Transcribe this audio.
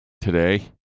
today